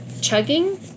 Chugging